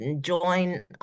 Join